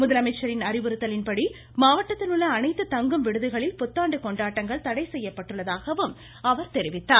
முதலமைச்சரின் அறிவுறுத்தலின்படி மாவட்டத்தில் உள்ள அனைத்து தங்கும் விடுதிகளில் புத்தாண்டு கொண்டாட்டங்கள் தடை செய்யப்பட்டுள்ளதாகவும் அவர் தெரிவித்தார்